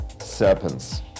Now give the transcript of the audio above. serpents